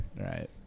Right